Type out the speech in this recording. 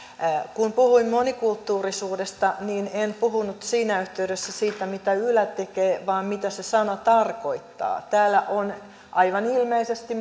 kun puhuin monikulttuurisuudesta en puhunut siinä yhteydessä siitä mitä yle tekee vaan siitä mitä se sana tarkoittaa täällä on aivan ilmeisesti